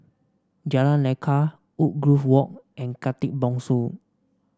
Jalan Lekar Woodgrove Walk and Khatib Bongsu